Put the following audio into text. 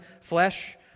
flesh